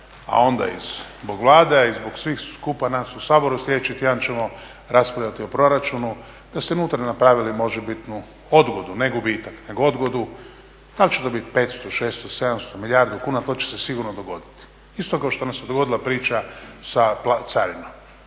a onda i zbog Vlade i svih skupa nas u Saboru sljedeći tjedan ćemo raspravljati o proračunu da ste unutra napravili možebitnu odgodu ne gubitak nego odgodu. Da li će to biti 500, 600, 700, milijardu kuna to će se sigurno dogoditi, isto kao što nam se dogodila priča sa carinom.